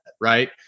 right